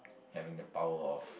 having the power of